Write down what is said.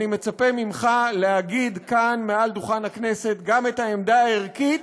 אני מצפה ממך להגיד כאן מעל דוכן הכנסת גם את העמדה הערכית,